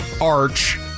arch